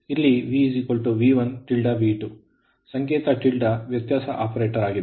ಇಲ್ಲಿ VV1V2 ಸಂಕೇತ ವ್ಯತ್ಯಾಸ ಆಪರೇಟರ್ ಆಗಿದೆ